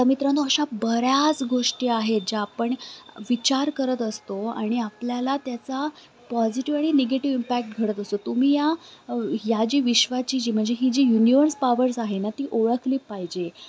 तर मित्रांनो अशा बऱ्याच गोष्टी आहेत ज्या आपण विचार करत असतो आणि आपल्याला त्याचा पॉझिटिव्ह आणि निगेटिव्ह इम्पॅक्ट घडत असतो तुम्ही या ह्या जी विश्वाची जी म्हणजे ही जी युनिवर्स पावर्स आहे ना ती ओळखली पाहिजे